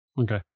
Okay